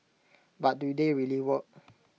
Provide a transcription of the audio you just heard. but do they really work